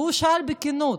והוא שאל בכנות: